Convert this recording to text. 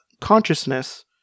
consciousness